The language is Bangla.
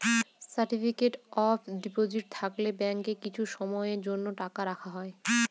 সার্টিফিকেট অফ ডিপোজিট থাকলে ব্যাঙ্কে কিছু সময়ের জন্য টাকা রাখা হয়